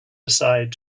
aside